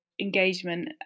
engagement